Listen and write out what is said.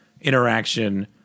Interaction